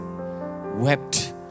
wept